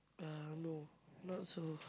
uh no not so